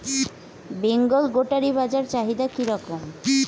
বেঙ্গল গোটারি বাজার চাহিদা কি রকম?